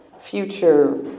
future